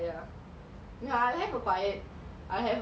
அதன் இப்போ:athan ipo quiet